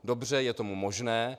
Dobře, je to možné.